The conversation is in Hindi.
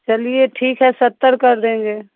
चलिए ठीक है सत्तर कर देंगे